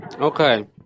Okay